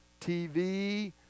TV